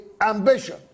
ambition